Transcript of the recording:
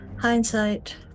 hindsight